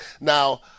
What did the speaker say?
Now